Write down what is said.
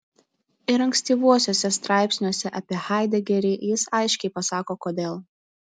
ir ankstyvuosiuose straipsniuose apie haidegerį jis aiškiai pasako kodėl